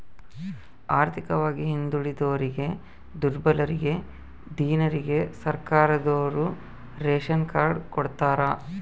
ಆರ್ಥಿಕವಾಗಿ ಹಿಂದುಳಿದೋರಿಗೆ ದುರ್ಬಲರಿಗೆ ದೀನರಿಗೆ ಸರ್ಕಾರದೋರು ರೇಶನ್ ಕಾರ್ಡ್ ಕೊಡ್ತಾರ